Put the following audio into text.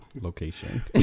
location